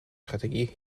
strategie